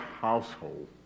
household